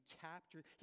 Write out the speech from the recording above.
captured